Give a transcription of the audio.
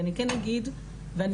ואני כן אגיד את